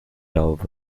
love